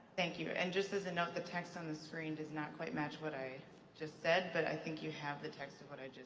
thank you. and just as a note the text on the screen does not quite match what i just said but i think you have the text of what i